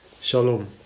Shalom